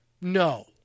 No